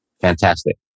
Fantastic